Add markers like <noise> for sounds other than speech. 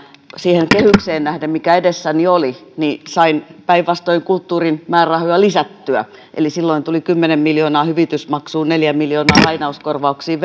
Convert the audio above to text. siihen kehykseen nähden mikä edessäni oli sain päinvastoin kulttuurin määrärahoja lisättyä eli silloin tuli kymmenen miljoonaa hyvitysmaksuun neljä miljoonaa lainauskorvauksiin <unintelligible>